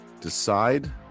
decide